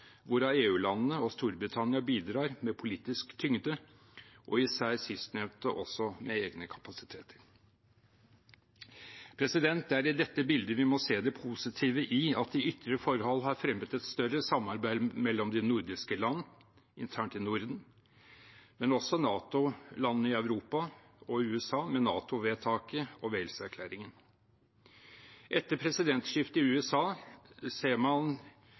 hvorav EU-landene og Storbritannia bidrar med politisk tyngde og, især sistnevnte, også med egne kapasiteter. Det er i dette bildet vi må se det positive i at de ytre forhold har fremmet et større samarbeid mellom de nordiske land, internt i Norden, men også NATO-landene i Europa og USA, med NATO-vedtaket og Wales-erklæringen. Etter presidentskiftet i USA ser man